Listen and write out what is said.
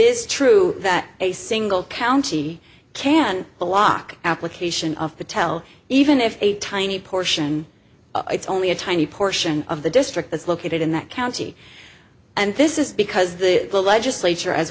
is true that a single county can block application of patel even if a tiny portion of it's only a tiny portion of the district is located in that county and this is because the legislature as